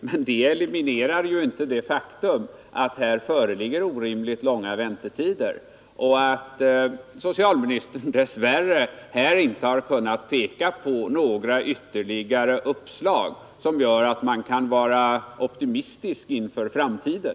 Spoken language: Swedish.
Men detta eliminerar ju inte det faktum att här föreligger orimligt långa väntetider och att socialministern dess värre inte har kunnat peka på några ytterligare uppslag som gör att man kan vara optimistisk inför framtiden.